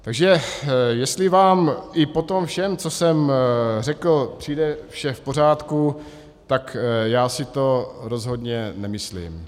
Takže jestli vám i po tom všem, co jsem řekl, přijde vše v pořádku, tak já si to rozhodně nemyslím.